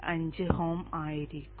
5 Ω ആയിരിക്കാം